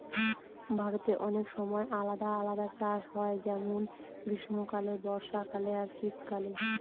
ভারতে অনেক সময় আলাদা আলাদা চাষ হয় যেমন গ্রীস্মকালে, বর্ষাকালে আর শীত কালে